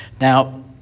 Now